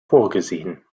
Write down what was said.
vorgesehen